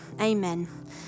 amen